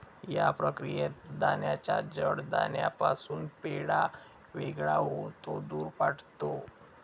या प्रक्रियेत दाण्याच्या जड दाण्यापासून पेंढा वेगळा होऊन तो दूर पडतो